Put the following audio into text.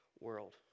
world